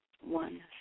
one